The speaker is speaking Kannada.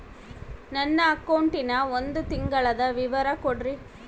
ನನ್ನ ಅಕೌಂಟಿನ ಒಂದು ತಿಂಗಳದ ವಿವರ ಕೊಡ್ರಿ?